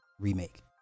remake